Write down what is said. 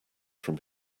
from